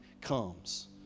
comes